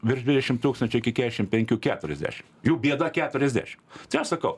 virš dvidešim tūkstančių iki keašim penkių keturiasdešim jų bėda keturiasdešim tai aš sakau